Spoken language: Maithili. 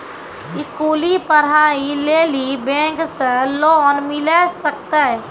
स्कूली पढ़ाई लेली बैंक से लोन मिले सकते?